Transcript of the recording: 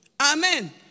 Amen